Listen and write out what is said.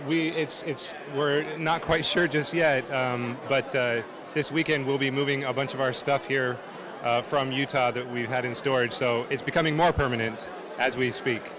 we it's we're not quite sure just yet but this weekend we'll be moving a bunch of our stuff here from utah that we've had in storage so it's becoming more permanent as we speak